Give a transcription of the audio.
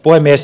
puhemies